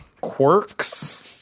quirks